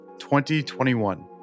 2021